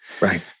Right